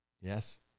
Yes